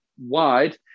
wide